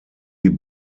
die